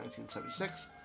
1976